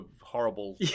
horrible